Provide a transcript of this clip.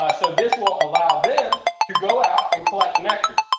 so this will allow them to go out and collect nectar.